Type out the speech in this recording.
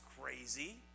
crazy